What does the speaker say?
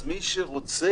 אז מי שרוצה